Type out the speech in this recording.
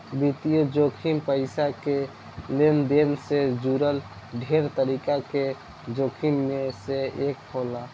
वित्तीय जोखिम पईसा के लेनदेन से जुड़ल ढेरे तरीका के जोखिम में से एक होला